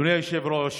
אדוני היושב-ראש,